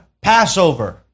Passover